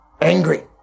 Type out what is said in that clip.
angry